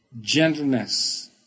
gentleness